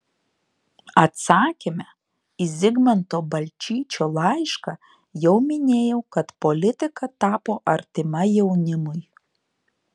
atsakyme į zigmanto balčyčio laišką jau minėjau kad politika tapo artima jaunimui